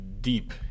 deep